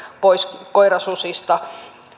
pois koirasusista